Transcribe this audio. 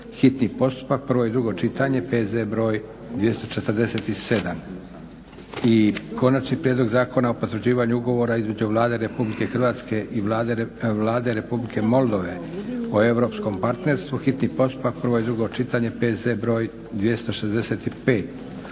hitni postupak, prvo i drugo čitanje, P.Z. br. 247. - Konačni prijedlog zakona o potvrđivanju Ugovora između Vlade Republike Hrvatske i Vlade Republike Moldove o Europskom partnerstvu, hitni postupak, prvo i drugo čitanje, P.Z. br. 265.